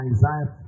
Isaiah